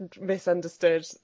misunderstood